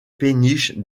péniches